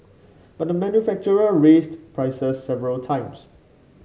but the manufacturer raised prices several times